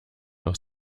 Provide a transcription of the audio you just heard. aus